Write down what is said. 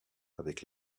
avec